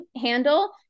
handle